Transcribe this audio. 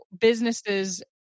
businesses